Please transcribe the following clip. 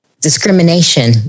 discrimination